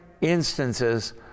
instances